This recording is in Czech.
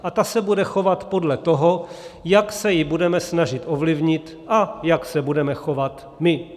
A ta se bude chovat podle toho, jak se ji budeme snažit ovlivnit a jak se budeme chovat my.